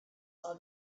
saw